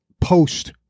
post